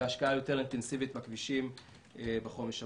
והשקעה יותר אינטנסיבית בכבישים בחומש הבא.